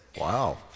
Wow